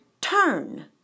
turn